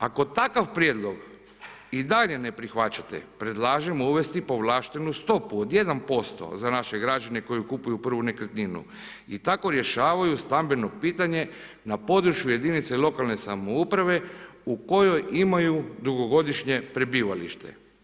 Ako takav prijedlog i dalje ne prihvaćate predlažem uvesti povlaštenu stopu od 1% za naše građane koji kupuju prvu nekretninu i tako rješavaju stambeno pitanje na području jedinice lokalne samouprave u kojoj imaju dugogodišnje prebivalište.